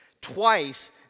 twice